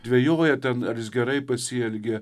dvejojo ten ar jis gerai pasielgė